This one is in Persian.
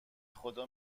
خدا